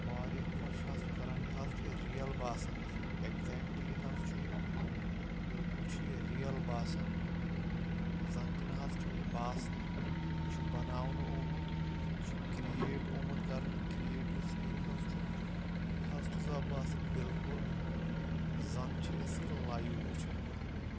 واریاہ خۄش حظ چھُ کرن یہِ حظ چھُ رِیل باسان اَسہِ ایٚکزیکٹلی حظ چھُ یہِ بالکُل چھُ یہِ رِیل باسان زن تہِ نہ حظ چھُنہٕ یہِ باسنٕے یہِ چھُ بناونہٕ آمُت یہِ چھُ کِرٛییٹ اومُت کرنہٕ کِرٛییٹِو سیٖن حظ چھُ یہِ حظ چھُ سۄ باسان بالکُل زن چھِ أسۍ یہِ لایِو وٕچھان